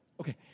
Okay